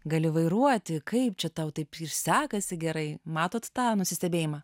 gali vairuoti kaip čia tau taip ir sekasi gerai matot tą nusistebėjimą